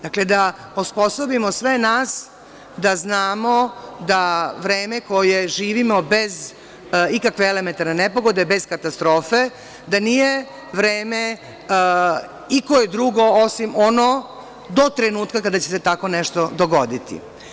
Dakle, da osposobimo sve nas da znamo da vreme koje živimo bez ikakve elementarne nepogode, bez katastrofe, da nije vreme ikoje drugo osim ono do trenutka kada će se tako nešto dogoditi.